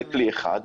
זה כלי אחד.